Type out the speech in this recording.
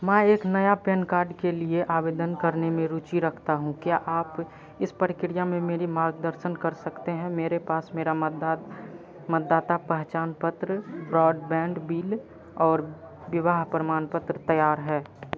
मैं एक नया पैन कार्ड के लिए आवेदन करने में रुचि रखता हूँ क्या आप इस प्रक्रिया में मेरी मार्गदर्शन कर सकते हैं मेरे पास मेरा मतदाता पहचान पत्र ब्रॉडबैण्ड बिल और विवाह प्रमाणपत्र तैयार है